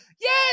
yes